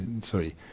sorry